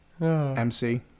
MC